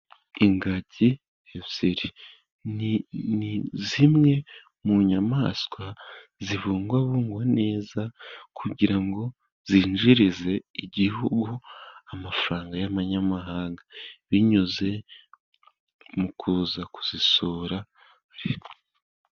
Ingagi ebyiri. Ni zimwe mu nyamaswa zibungwabungwa neza, kugira ngo zinjirize igihugu amafaranga y'abanyamahanga, binyuze mu kuza kuzisura.